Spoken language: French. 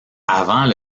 avant